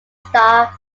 star